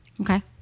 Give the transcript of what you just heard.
Okay